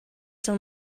some